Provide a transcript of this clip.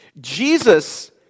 Jesus